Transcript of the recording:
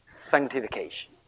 Sanctification